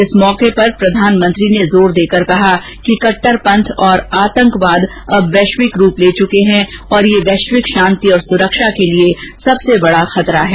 इस अवसर पर प्रधानमंत्री ने जोर देकर कहा कि कट्टरपंथ और आतंकवाद अब वैश्विक रूप ले चुके हैं और ये वैश्विक शांति और सुरक्षा के लिए सबसे बड़ा खतरा हैं